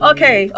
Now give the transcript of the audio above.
Okay